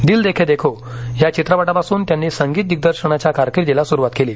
दिल देके देखो या चित्रपटापासून त्यांनी संगीतदिम्दर्शनाच्या कारकिर्दीला सुरुवात केली